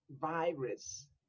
virus